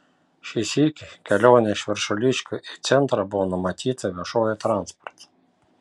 šį sykį kelionė iš viršuliškių į centrą buvo numatyta viešuoju transportu